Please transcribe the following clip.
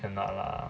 cannot lah